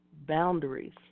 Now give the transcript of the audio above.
boundaries